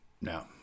no